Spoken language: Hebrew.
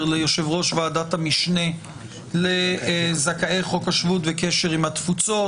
ליושב-ראש ועדת המשנה לזכאי חוק השבות וקשר עם התפוצות.